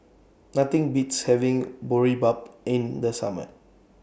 Nothing Beats having Boribap in The Summer